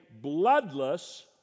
bloodless